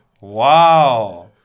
wow